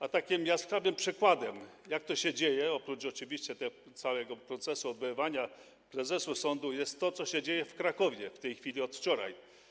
A takim jaskrawym przykładem, jak to się dzieje, oprócz rzeczywiście tego całego procesu odwoływania prezesów sądów, jest to, co się dzieje w Krakowie w tej chwili, od wczoraj.